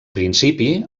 principi